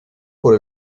por